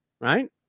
right